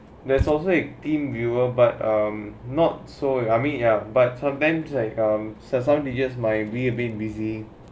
there's also like team viewer but um not so I mean ya but sometimes like um some teachers might um be a bit busy